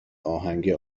آهنگ